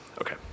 Okay